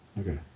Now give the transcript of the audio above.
Okay